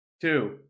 two